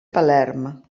palerm